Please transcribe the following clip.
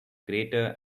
greater